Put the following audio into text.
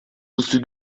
wusste